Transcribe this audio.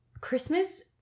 christmas